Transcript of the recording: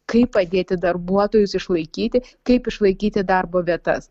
kaip padėti darbuotojus išlaikyti kaip išlaikyti darbo vietas